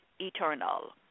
eternal